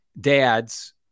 dads